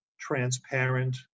transparent